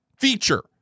feature